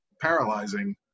paralyzing